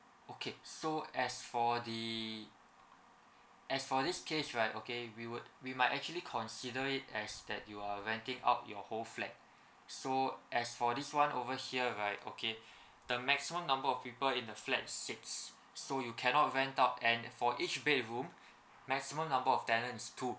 okay so as for the as for this case right okay we would we might actually consider it as that you are renting out your whole flat so as for this one over here right okay the maximum number of people in the flat six so you cannot rent out and for each bedroom maximum number of tenants is two